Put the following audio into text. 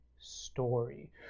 story